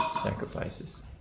Sacrifices